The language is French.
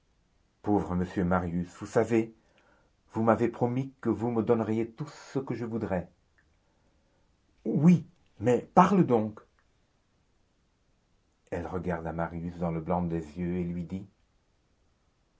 pauvre m marius vous savez vous m'avez promis que vous me donneriez tout ce que je voudrais oui mais parle donc elle regarda marius dans le blanc des yeux et lui dit